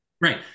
Right